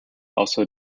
also